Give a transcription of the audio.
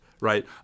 Right